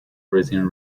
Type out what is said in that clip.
breeding